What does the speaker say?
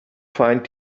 find